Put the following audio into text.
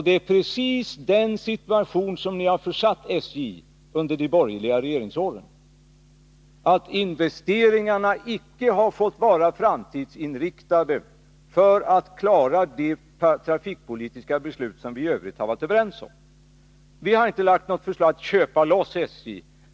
Det är precis den situationen som ni under de borgerliga regeringsåren har försatt SJ i. Investeringarna har icke fått vara framtidsinriktade. De har icke fått syfta till att SJ skulle klara att leva upp till det trafikpolitiska beslut som vi i övrigt har varit överens om. Vi har inte lagt fram något förslag om att köpa loss SJ.